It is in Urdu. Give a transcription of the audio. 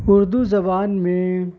اردو زبان میں